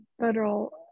federal